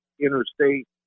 interstate